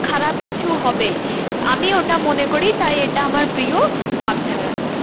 খারাপ কিছু হবেই আমি ওটা মনে করি তাই এটা আমার প্রিয় বাগধারা